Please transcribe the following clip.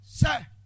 Sir